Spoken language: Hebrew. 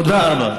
תודה רבה.